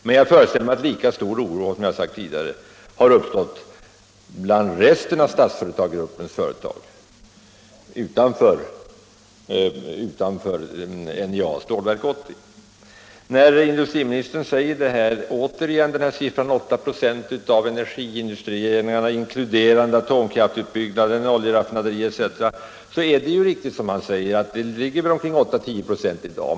Men jag föreställer mig att, som jag sagt tidigare, lika stor oro har uppstått bland de företag utom NJA — med Stålverk 80 —- som tillhör Statsföretagsgruppen. Industriministern nämner återigen siffran 8 96 av industriinvesteringarna inkluderande atomkraftutbyggnaden, oljeraffinaderierna etc., och det är väl riktigt att dessa investeringar i dag motsvarar en andel av ungefär 8—-10 96.